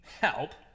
Help